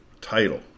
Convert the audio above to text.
title